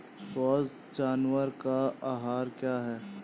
स्वस्थ जानवर का आहार क्या है?